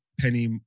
Penny